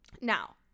Now